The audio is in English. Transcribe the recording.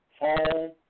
home